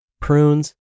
prunes